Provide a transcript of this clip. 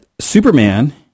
Superman